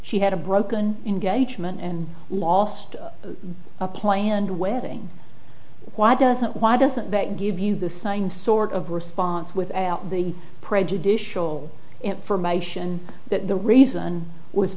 she had a broken engagement and lost a planned wedding why doesn't why doesn't that give you the ninth sort of response without the prejudicial information that the reason was